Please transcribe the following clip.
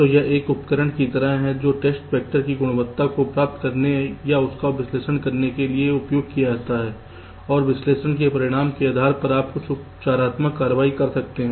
तो यह एक उपकरण की तरह है जो टेस्ट वैक्टर की गुणवत्ता को प्राप्त करने या उसका विश्लेषण करने के लिए उपयोग किया जाता है और विश्लेषण के परिणाम के आधार पर आप कुछ उपचारात्मक कार्रवाई कर सकते हैं